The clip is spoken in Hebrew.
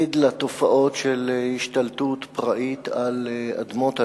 עד לתופעות של השתלטות פראית על אדמות הלאום,